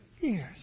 years